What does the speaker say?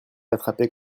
attrapés